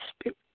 Spirit